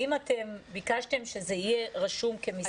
האם ביקשתם שזה יהיה רשום כמסמך?